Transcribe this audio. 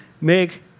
make